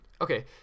okay